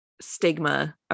stigma